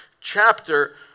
chapter